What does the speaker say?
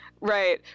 Right